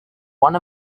one